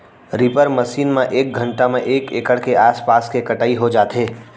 reaper machine म एक घंटा म एक एकड़ के आसपास के कटई हो जाथे